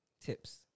Tips